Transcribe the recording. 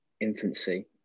infancy